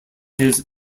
his